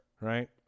right